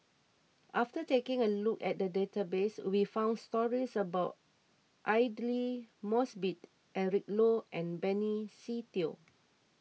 after taking a look at the database we found stories about Aidli Mosbit Eric Low and Benny Se Teo